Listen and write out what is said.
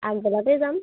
আগবেলাতে যাম